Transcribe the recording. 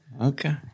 Okay